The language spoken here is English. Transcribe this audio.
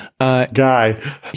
Guy